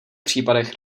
případech